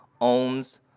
owns